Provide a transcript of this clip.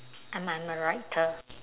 and I'm a writer